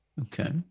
Okay